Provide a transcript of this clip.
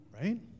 Right